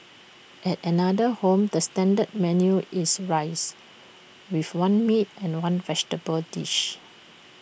at another home the standard menu is rice with one meat and one vegetable dish